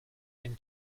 been